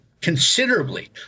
considerably